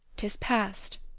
tis past